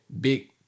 big